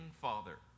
Father